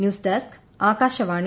news desk Akashvani